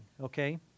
okay